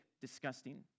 disgusting